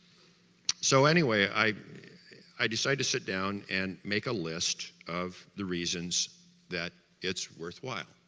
so anyway, i i decide to sit down and make a list of the reasons that it's worthwhile